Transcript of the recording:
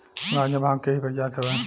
गांजा भांग के ही प्रजाति हवे